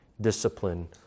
discipline